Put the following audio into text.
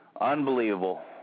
Unbelievable